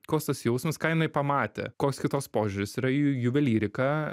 koks tas jausmas ką jinai pamatė koks kitas požiūris yra į juvelyriką